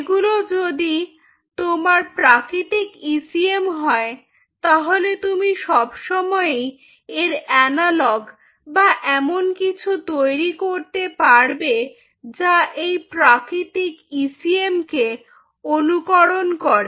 এগুলো যদি তোমার প্রাকৃতিক ইসিএম হয় তাহলে তুমি সবসময়ই এর অ্যানালগ বা এমন কিছু তৈরি করতে পারবে যা এই প্রাকৃতিক ইসিএমকে অনুকরণ করে